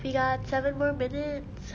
we got seven more minutes